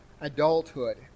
adulthood